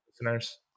listeners